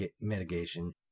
mitigation